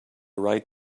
right